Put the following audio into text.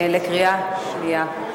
התשע"א 2011, לקריאה שנייה.